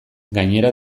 gainera